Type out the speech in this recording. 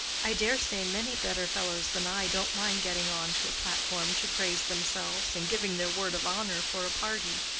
i dare say many better fellows than i don't mind getting on to a platform to praise themselves, and giving their word of honor for a party.